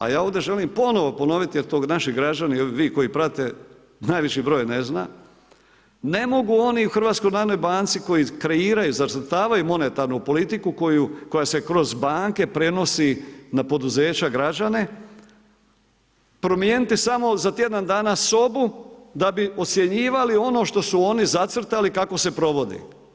A ja ovdje želim ponovno ponoviti jer to naši građani i vi koji pratite najveći broj ne zna, ne mogu oni u HNB-u koji kreiraju, zacrtavaju monetarnu politiku koja se kroz banke prenosi na poduzeća, građane promijeniti samo za tjedan dana sobu da bi ocjenjivali ono što su oni zacrtali kako se provodi.